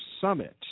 Summit